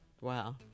Wow